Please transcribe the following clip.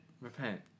repent